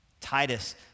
Titus